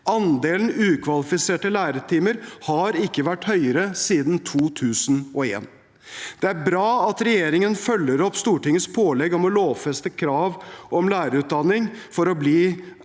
Andelen ukvalifiserte lærertimer har ikke vært høyere siden 2001. Det er bra at regjeringen følger opp Stortingets pålegg om å lovfeste krav om lærerutdanning for å bli